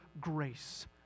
grace